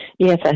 Yes